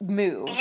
move